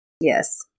Yes